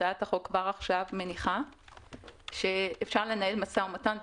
הצעת החוק כבר עכשיו מניחה שאפשר לנהל משא ומתן,